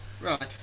right